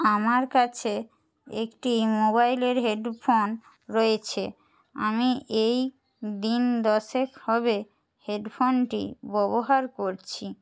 আমার কাছে একটি মোবাইলের হেড ফোন রয়েছে আমি এই দিন দশেক হবে হেড ফোনটি ব্যবহার করছি